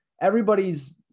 everybody's